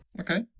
Okay